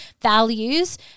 values